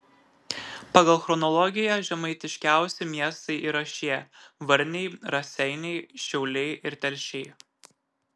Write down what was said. pagal chronologiją žemaitiškiausi miestai yra šie varniai raseiniai šiauliai ir telšiai